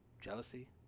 jealousy